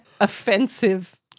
offensive